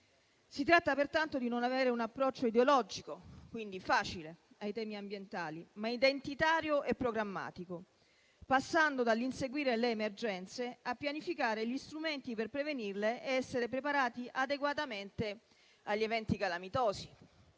Si tratta, pertanto, di non avere un approccio ideologico e quindi facile ai temi ambientali, ma identitario e programmatico, passando dall'inseguire le emergenze a pianificare gli strumenti per prevenirle ed essere preparati adeguatamente agli eventi calamitosi.